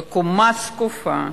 בקומה זקופה,